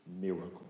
miracle